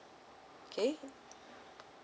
K